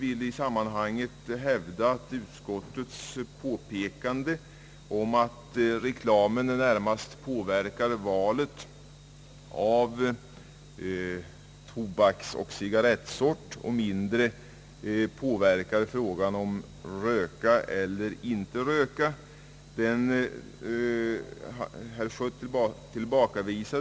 Herr Schött tillbakavisade utskottets påpekande att reklamen närmast påverkar valet av tobaksoch cigarrettsort, mindre frågan om rökning eller icke-rökning.